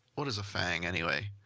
what is a fang anyway?